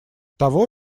того